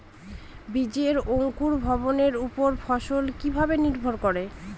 বীজের অঙ্কুর ভবনের ওপর ফলন কিভাবে নির্ভর করে?